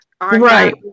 Right